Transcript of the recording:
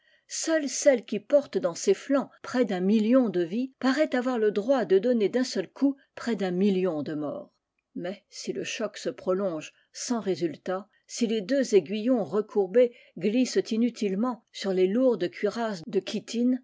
seule celle qui porte dans ses flancs grès d'un million de vies parait avoir le droit de donner d'un seul coup près d'un million de morts mais si le choc se prolonge sans résultat si les deux aiguillons recourbés glissent inutilement sur les lourdes cuirasses de chitine